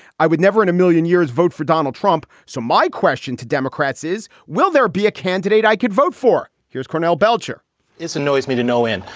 i would never in a million years vote for donald trump. so my question to democrats is, will there be a candidate i could vote for? here's cornell belcher it's annoys me to no end.